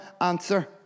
answer